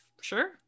Sure